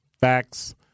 Facts